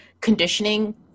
conditioning